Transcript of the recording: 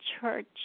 church